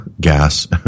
gas